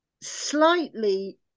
slightly